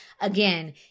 Again